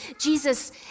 jesus